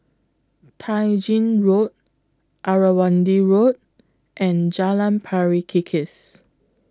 Tai Gin Road Irrawaddy Road and Jalan Pari Kikis